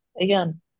again